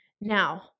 Now